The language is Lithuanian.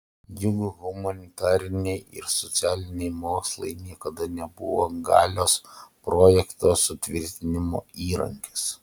juk humanitariniai ir socialiniai mokslai niekada nebuvo galios projekto sutvirtinimo įrankis